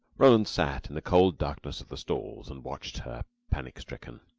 roland sat in the cold darkness of the stalls and watched her, panic-stricken.